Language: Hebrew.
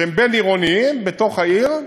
שהם בין-עירוניים בתוך העיר.